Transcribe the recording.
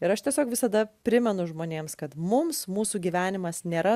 ir aš tiesiog visada primenu žmonėms kad mums mūsų gyvenimas nėra